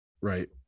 Right